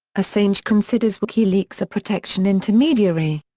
assange considers wikileaks a protection intermediary.